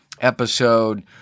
episode